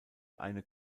eine